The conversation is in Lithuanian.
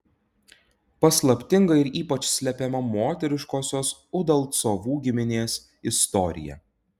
paslaptinga ir ypač slepiama moteriškosios udalcovų giminės istorija